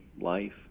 life